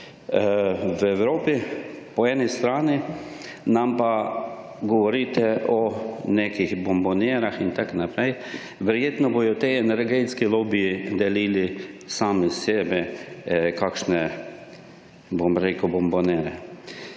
v Evropi po eni strani pa nam govorite o nekih bombonjerah in tako naprej. Verjetno bodo ti energetski lobiji delili sami sebi kakšne bom rekel bombonjere.